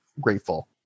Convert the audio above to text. grateful